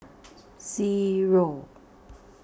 Zero